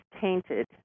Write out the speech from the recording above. tainted